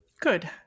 Good